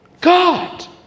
God